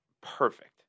perfect